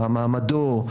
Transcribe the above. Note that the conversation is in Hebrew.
מה מעמדו,